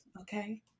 okay